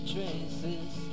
Traces